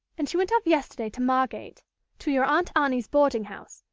and she went off yesterday to margate to your aunt annie's boarding-house,